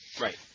Right